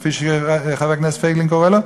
כפי שחבר הכנסת פייגלין קורא לו,